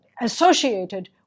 associated